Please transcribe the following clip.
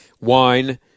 wine